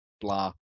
blah